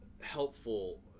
helpful